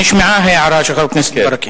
נשמעה ההערה של חבר הכנסת ברכה.